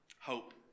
hope